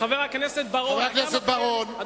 חבר הכנסת בר-און, אתה מפריע לי.